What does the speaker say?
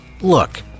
Look